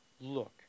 look